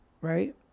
Right